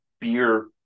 beer